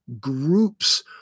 groups